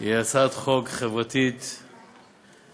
היא הצעת חוק חברתית מצוינת,